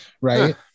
right